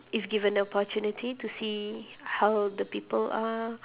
if given the opportunity to see how the people are